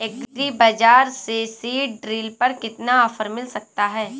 Agree बाजार से seed drill पर कितना ऑफर मिल सकता है?